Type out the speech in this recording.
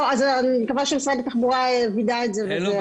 אני מקווה שמשרד התחבורה וידא את זה וזה אכן נמצא.